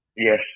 Yes